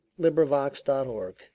LibriVox.org